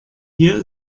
hier